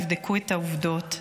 תבדקו את העובדות.